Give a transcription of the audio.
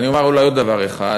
אני אומר אולי עוד דבר אחד,